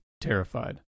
terrified